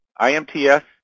IMTS